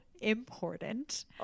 important